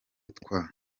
twa